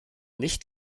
nicht